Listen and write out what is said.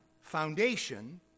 foundation